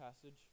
passage